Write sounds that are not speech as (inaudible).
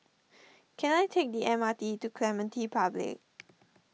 can I take the M R T to Clementi Public (noise)